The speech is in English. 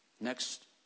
next